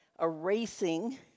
erasing